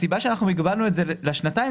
הסיבה שאנחנו הגבלנו את זה לשנתיים,